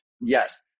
Yes